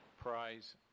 prize